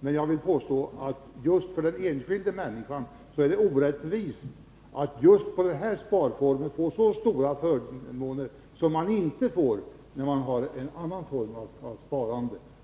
vill emellertid påstå att det för den enskilda människan ter sig orättvist att just denna sparform ger så stora förmåner, större än någon än någon annan form av sparande.